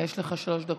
יש לך שלוש דקות.